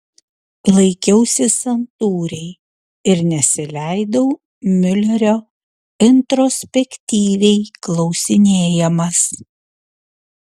laikiausi santūriai ir nesileidau miulerio introspektyviai klausinėjamas